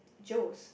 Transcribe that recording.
Joe's